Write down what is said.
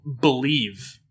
believe